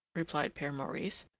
replied pere maurice,